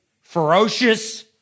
ferocious